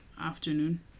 afternoon